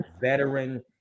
veteran